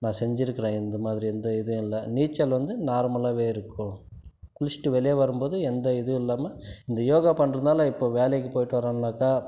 நான் செஞ்சுருக்குறேன் இந்த மாதிரி எந்த இதுவும் இல்லை நீச்சல் வந்து நார்மலாகவே இருக்கும் குளிச்சுட்டு வெளியே வரும்போது எந்த இதுவும் இல்லாமல் இந்த யோகா பண்ணுறதுனால இப்போ வேலைக்கு போயிட்டு வரோம்னாக்கா